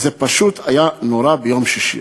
זה פשוט היה נורא, ביום שישי.